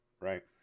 right